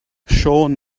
siôn